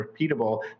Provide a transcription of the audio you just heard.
repeatable